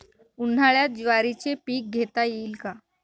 उन्हाळ्यात ज्वारीचे पीक घेता येईल का?